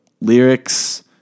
lyrics